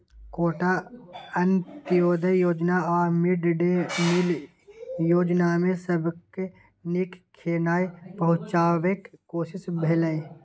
quota, अंत्योदय योजना आ मिड डे मिल योजनामे सबके नीक खेनाइ पहुँचेबाक कोशिश भेलै